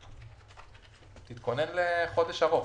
תתכונן לחודש ארוך.